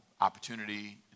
opportunity